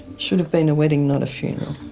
should have been a wedding, not a funeral.